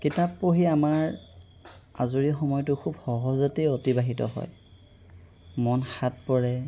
কিতাপ পঢ়ি আমাৰ আজৰি সময়টো খুব সহজতেই অতিবাহিত হয় মন শাত পৰে